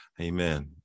amen